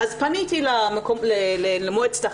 פניתי למועצת החלב,